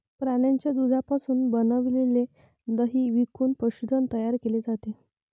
प्राण्यांच्या दुधापासून बनविलेले दही विकून पशुधन तयार केले जाते